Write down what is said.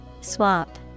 Swap